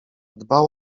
dbał